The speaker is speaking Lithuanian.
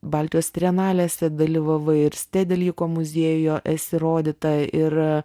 baltijos trienalėse dalyvavai ir ste dalyko muziejuje esi rodyta ir